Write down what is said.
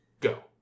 Go